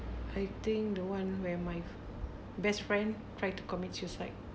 I think the one where my best friend tried to commit suicide